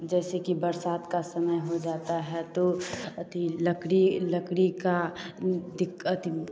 जैसे कि बरसात का समय हो जाता है तो अथी लकड़ी लकड़ी का दिक्क़्क़त अति